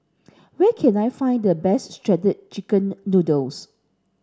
where can I find the best shredded chicken noodles